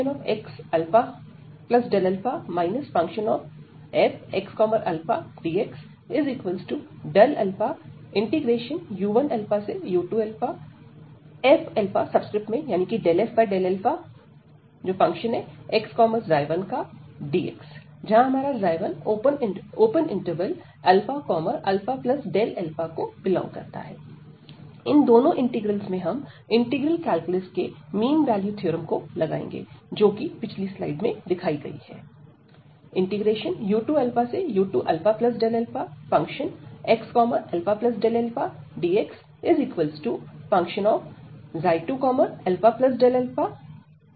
u1u2fxα fxαdxu1u2fx1dx 1ααΔα इन दोनों इंटीग्रल्स में हम इंटीग्रल कैलकुलस के मीन वैल्यू थ्योरम को लगाएंगे जो कि पिछली स्लाइड में दिखाई गई है